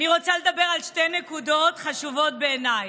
אני רוצה לדבר על שתי נקודות חשובות בעיניי.